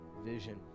vision